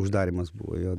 uždarymas buvo jo